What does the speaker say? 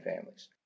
families